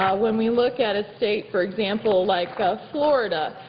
when we look at a state, for example, like ah florida,